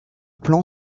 plan